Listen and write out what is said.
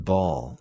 Ball